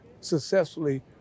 successfully